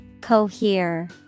Cohere